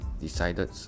decided